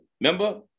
Remember